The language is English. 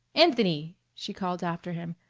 anthony! she called after him,